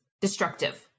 destructive